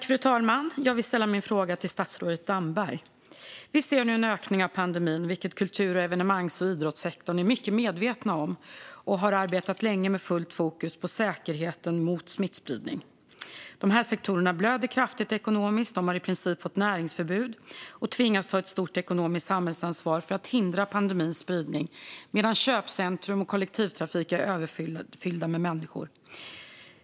Fru talman! Jag vill ställa min fråga till statsrådet Damberg. Vi ser nu en ökning av pandemin, vilket kultur och evenemangssektorn och idrottssektorn är mycket medvetna om. De har arbetat länge med fullt fokus på säkerheten mot smittspridning. De här sektorerna blöder kraftigt ekonomiskt; de har i princip fått näringsförbud. De tvingas ta ett stort ekonomiskt samhällsansvar för att hindra pandemins spridning, medan köpcentrum och kollektivtrafik är överfyllda med människor.